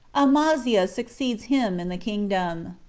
amaziah succeeds him in the kingdom.